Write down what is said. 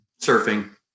surfing